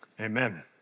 Amen